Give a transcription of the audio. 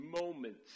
moments